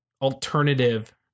alternative